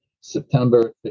September